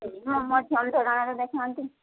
ମୁଁ ମୋ ଟଙ୍କାରେ ଦେଖାନ୍ତୁ